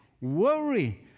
worry